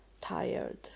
tired